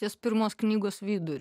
ties pirmos knygos viduriu